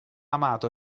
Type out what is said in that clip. amato